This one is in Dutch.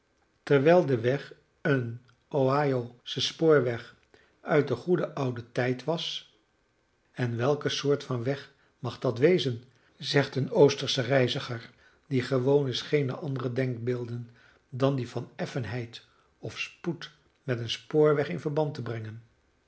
terwijl de weg een ohio'sche spoorweg uit den goeden ouden tijd was en welke soort van weg mag dat wezen zegt een oostersche reiziger die gewoon is geene andere denkbeelden dan die van effenheid of spoed met een spoorweg in verband te brengen